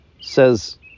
says